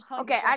okay